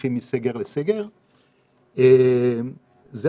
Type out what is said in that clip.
הולכים מסגר לסגר, זאת